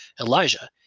Elijah